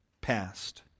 past